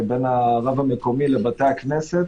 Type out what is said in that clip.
בין הרב המקומי לבתי הכנסת.